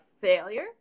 failure